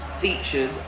featured